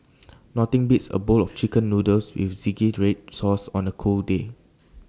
nothing beats A bowl of Chicken Noodles with Zingy Red Sauce on A cold day